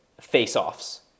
face-offs